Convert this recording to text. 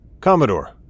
Commodore